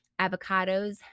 avocados